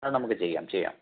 അത് നമുക്ക് ചെയ്യാം ചെയ്യാം